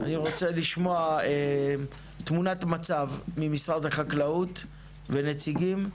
אני רוצה לשמוע תמונת מצב ממשרד החקלאות ונציגים,